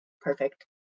perfect